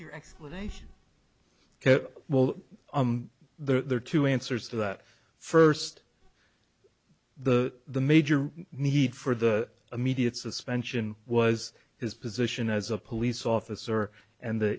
your explanation well there are two answers to that first the the major need for the immediate suspension was his position as a police officer and the